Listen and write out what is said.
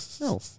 No